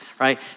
right